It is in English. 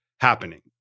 happening